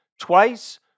twice